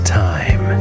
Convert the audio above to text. time